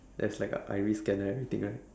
there's like a iris scanner everything right